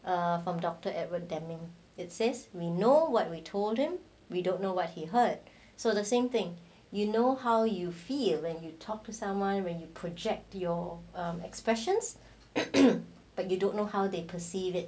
err from doctor edward damning it says we know what we told him we don't know what he heard so the same thing you know how you feel when you talk to someone when you project um your expressions but you don't know how they perceive it